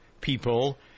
people